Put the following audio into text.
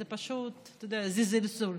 זה זלזול.